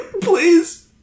please